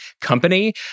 company